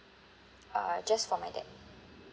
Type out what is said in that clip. uh just for my dad